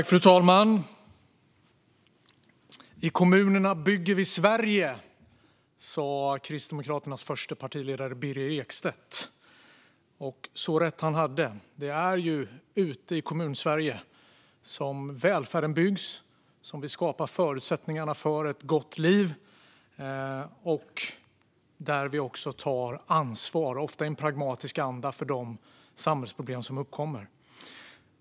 Fru talman! I kommunerna bygger vi Sverige, sa Kristdemokraternas förste partiledare Birger Ekstedt. Så rätt han hade! Det är ute i Kommunsverige som välfärden byggs och vi skapar förutsättningarna för ett gott liv och också tar ansvar, ofta i pragmatisk anda, för de samhällsproblem som uppkommer.